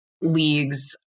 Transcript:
leagues